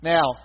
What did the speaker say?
Now